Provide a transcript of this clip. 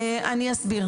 אני אסביר.